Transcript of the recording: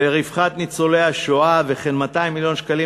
לרווחת ניצולי השואה ו-200 מיליון שקלים